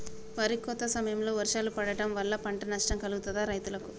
వరి కోత సమయంలో వర్షాలు పడటం వల్ల పంట నష్టం కలుగుతదా రైతులకు?